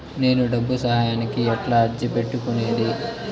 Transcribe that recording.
నేను డబ్బు సహాయానికి ఎట్లా అర్జీ పెట్టుకునేది?